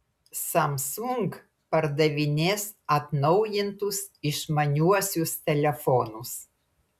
samsung pardavinės atnaujintus išmaniuosius telefonus